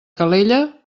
calella